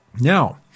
Now